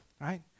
right